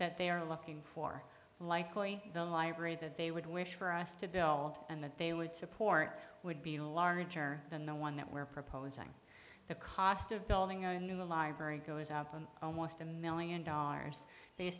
that they are looking for likely the library that they would wish for us to build and that they would support would be larger than the one that we're proposing the cost of building the library goes out almost a million dollars